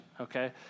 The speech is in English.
okay